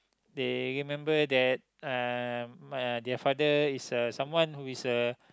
they remember that uh my their father is a someone who is a